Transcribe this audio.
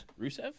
Rusev